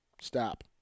stop